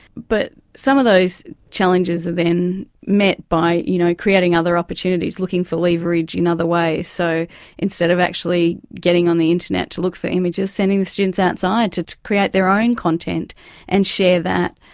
but some of those challenges are then met by you know creating other opportunities, looking for leverage in other ways. so instead of actually getting on the internet to look for images, sending the students outside to to create their own content and share that.